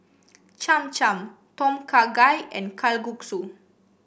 Cham Cham Tom Kha Gai and Kalguksu